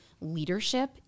leadership